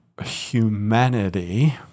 humanity